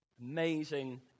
Amazing